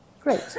great